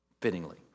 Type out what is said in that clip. fittingly